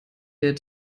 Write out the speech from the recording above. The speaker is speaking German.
der